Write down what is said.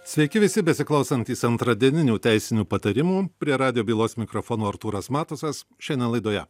sveiki visi besiklausantys antradieninių teisinių patarimų prie radijo bylos mikrofono artūras matusas šiandien laidoje